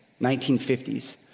1950s